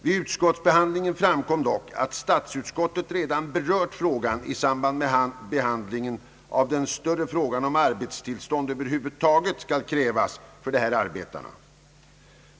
Vid utskottsbehandlingen framkom dock att statsutskottet redan berört problemet i samband med behandlingen av den större frågan om arbetstillstånd över huvud taget skall krävas av ifrågavarande kategori arbetare.